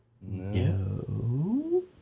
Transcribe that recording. No